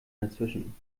dazwischen